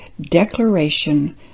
declaration